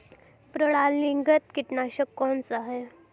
प्रणालीगत कीटनाशक कौन सा है?